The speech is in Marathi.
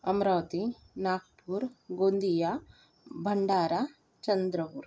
अमरावती नागपूर गोंदिया भंडारा चंद्रपूर